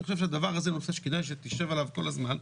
אני חושב שהדבר הזה הוא נושא שכדאי שתשב עליו כל הזמן,